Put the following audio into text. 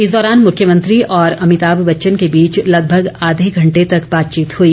इस दौरान मुख्यमंत्री और अमिताभ बच्चन के बीच लगभग आधे घंटे तक बातचीत हुई